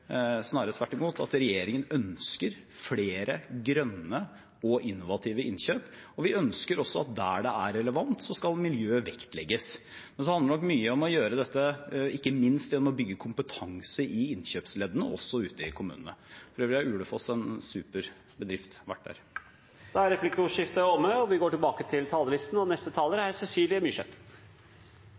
snarere tvert imot, at regjeringen ønsker flere grønne og innovative innkjøp. Vi ønsker også at der det er relevant, skal miljø vektlegges. Det handler nok mye om å gjøre dette ikke minst gjennom å bygge kompetanse i innkjøpsleddene, også ute i kommunene. For øvrig er Ulefos en super bedrift. Jeg har vært der. Replikkordskiftet er omme. Min gode partifelle som nå er varaordfører i Vågan, Lena Hamnes, har sagt det så godt: Fisk er verdier, makt og penger. Samfunnet vårt er